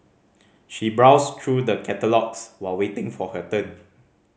she browsed through the catalogues while waiting for her turn